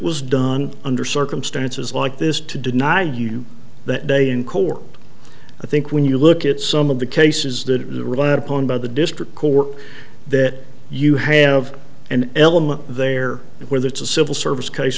was done under circumstances like this to deny you the day in court i think when you look at some of the cases that relied upon by the district court that you have an element there whether it's a civil service case